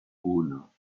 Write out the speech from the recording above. uno